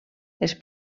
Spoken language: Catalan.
els